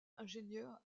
ingénieur